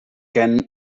can